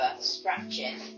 scratching